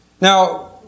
Now